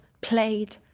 played